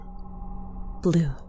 blue